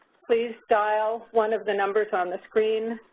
please dial one of the numbers on the screen.